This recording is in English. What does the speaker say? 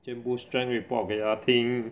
这样不 strength report 给她听